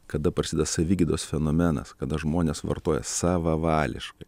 kada prasideda savigydos fenomenas kada žmonės vartoja savavališkai